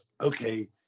okay